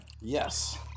Yes